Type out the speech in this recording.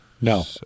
No